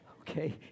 okay